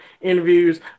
interviews